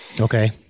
okay